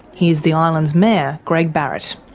here's the island's mayor, greg barratt.